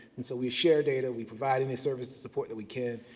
and so, we share data, we provide any services support that we can.